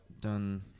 done